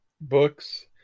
books